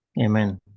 Amen